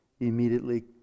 immediately